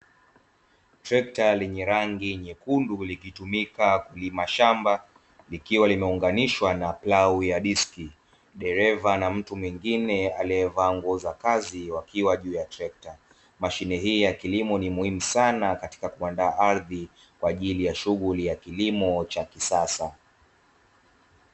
Trekta lenye rangi nyekundu likitumika kulima shamba likiwa limeunganishwa na plau ya diski. Dereva na mtu mwingine aliyevaa nguo za kazi wakiwa juu ya trekta. Mashine hii ya kilimo ni muhimu sana katika kuandaa ardhi kwa ajili ya shughuli ya kilimo cha kisasa.